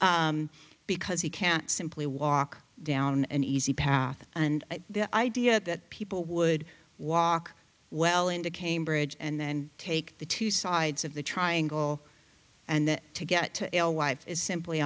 because he can't simply walk down an easy path and the idea that people would walk well into cambridge and then take the two sides of the triangle and then to get to alewife is simply